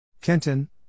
Kenton